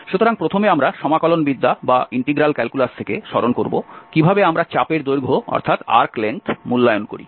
সুতরাং প্রথমে আমরা সমাকলনবিদ্যা থেকে স্মরণ করব কিভাবে আমরা চাপের দৈর্ঘ্য মূল্যায়ন করি